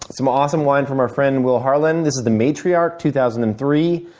some awesome wine from our friend will harlan. this is the matriarch two thousand and three.